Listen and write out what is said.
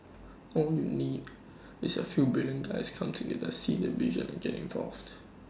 all you need is A few brilliant guys come together see the vision and get involved